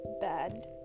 Bad